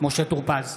משה טור פז,